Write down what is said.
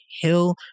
Hill